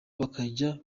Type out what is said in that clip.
bakajya